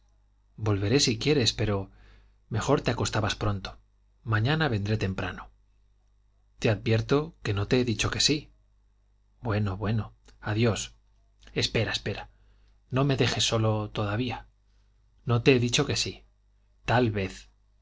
volveré si quieres pero mejor te acostabas pronto mañana vendré temprano te advierto que no te he dicho que sí bueno bueno adiós espera espera no me dejes solo todavía no te he dicho que sí tal vez